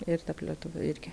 ir tarp lietuvių irgi